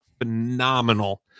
phenomenal